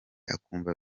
akumva